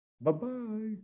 Bye-bye